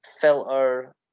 filter